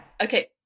Okay